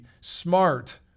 smart